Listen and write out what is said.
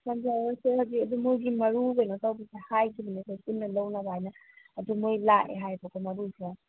ꯑꯗꯣ ꯃꯣꯏꯒꯤ ꯃꯔꯨ ꯀꯩꯅꯣ ꯇꯧꯕꯁꯦ ꯍꯥꯏꯒꯤꯕꯅꯦ ꯑꯩꯈꯣꯏ ꯄꯨꯟꯅ ꯂꯧꯅꯕ ꯍꯥꯏꯅ ꯑꯗꯨ ꯃꯣꯏ ꯂꯥꯛꯑꯦ ꯍꯥꯏꯌꯦꯕꯀꯣ ꯃꯔꯨꯁꯦ